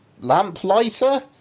lamplighter